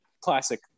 Classic